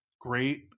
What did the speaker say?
great